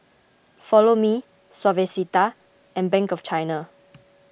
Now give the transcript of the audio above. Follow Me Suavecito and Bank of China